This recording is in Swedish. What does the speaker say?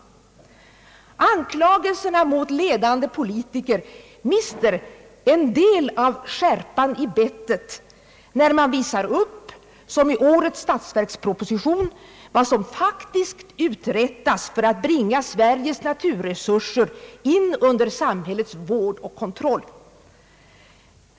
Anklagelserna mot ledande politiker mister en del av skärpan i bettet, när man visar upp, såsom i årets statsverksproposition, vad som faktiskt uträttas för att bringa Sveriges naturresurser in under samhällets vård och kontroll.